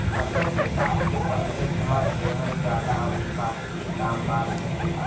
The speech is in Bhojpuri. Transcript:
फसल के काट के पहिले धअ देहल जाला अउरी बाकि के काम बाद में होला